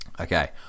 Okay